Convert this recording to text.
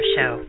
Show